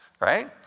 Right